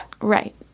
Right